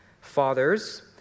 fathers